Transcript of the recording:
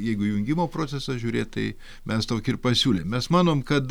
jeigu jungimo procesą žiūrėt tai mes tokį ir pasiūlėm mes manom kad